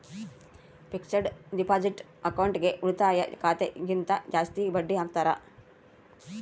fixed deposit ಅಕೌಂಟ್ಗೆ ಉಳಿತಾಯ ಖಾತೆ ಗಿಂತ ಜಾಸ್ತಿ ಬಡ್ಡಿ ಹಾಕ್ತಾರ